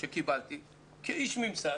שקיבלתי כאיש ממסד,